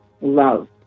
love